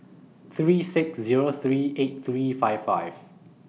three six Zero three eight three five five